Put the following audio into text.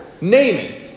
Naming